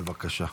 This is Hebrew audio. בבקשה.